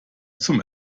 zum